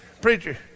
preacher